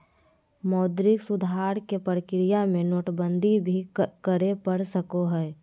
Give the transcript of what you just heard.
मौद्रिक सुधार के प्रक्रिया में नोटबंदी भी करे पड़ सको हय